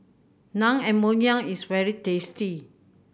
naengmyeon is very tasty